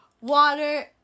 water